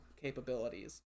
capabilities